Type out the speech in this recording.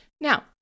Now